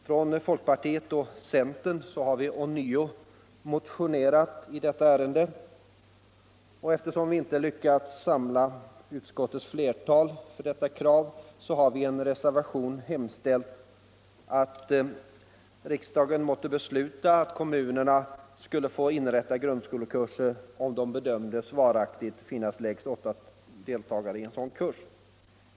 Från folkpartiet och centern har vi ånyo motionerat i detta ärende, och eftersom vi inte lyckats samla utskottets flertal bakom vårt krav har vi i en reservation hemställt att riksdagen måtte besluta att kommunerna skall få inrätta grundskolekurser om det bedöms varaktigt finnas lägst åtta deltagare i kurs.